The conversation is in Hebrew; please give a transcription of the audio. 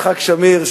יצחק שמיר,